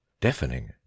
Deafening